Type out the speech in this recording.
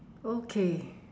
okay